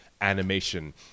animation